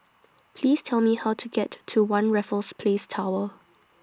Please Tell Me How to get to one Raffles Place Tower